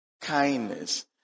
Kindness